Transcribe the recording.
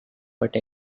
but